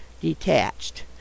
detached